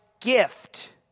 gift